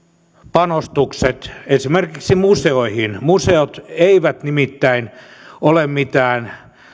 panostukset esimerkiksi museoihin ovat hyviä museot eivät nimittäin ole mitään